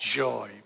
joy